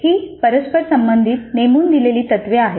ही परस्पर संबंधित नेमून दिलेली तत्त्वे आहेत